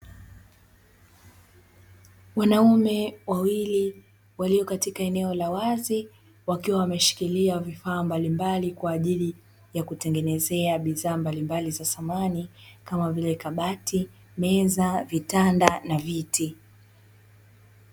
Wanaume wawili walio katika eneo la wazi wakiwa wameshikilia vifaa mbalimbali kwa ajili ya kutengenezea bidhaa mbalimbali za samani kama vile; kabati, meza , vitanda na viti.